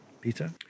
Peter